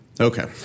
Okay